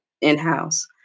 in-house